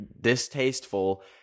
distasteful